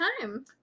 time